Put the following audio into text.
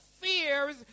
fears